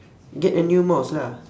get a new mouse lah